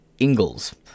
Ingalls